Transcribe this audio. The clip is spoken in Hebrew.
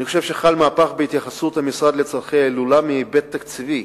אני חושב שחל מהפך בהתייחסות המשרד לצורכי ההילולה בהיבט תקציבי.